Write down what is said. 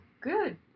good